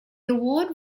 award